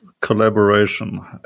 collaboration